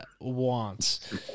wants